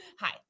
Hi